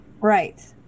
Right